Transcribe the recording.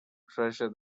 treasure